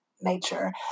nature